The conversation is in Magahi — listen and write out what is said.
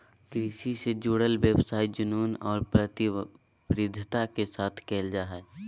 कृषि से जुडल व्यवसाय जुनून और प्रतिबद्धता के साथ कयल जा हइ